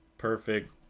perfect